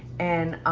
and